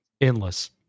endless